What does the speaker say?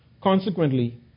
Consequently